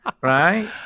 right